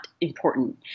important